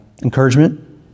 encouragement